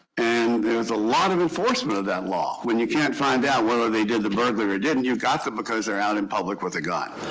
and there's a lot of enforcement of that law. when you can't find out whether they did the burglary or didn't, you got them because they're out in public with a gun.